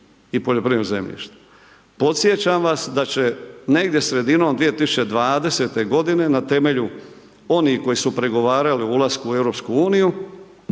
i poljoprivrednog zemljišta. Podsjećam vas da će negdje sredinom 2020. godine na temelju onih koji su pregovarali o ulasku u EU